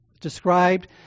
described